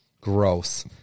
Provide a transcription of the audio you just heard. Gross